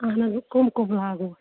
اَہَن حظ کٕم کٕم لاگہوس